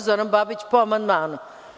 Zoran Babić po amandmanu.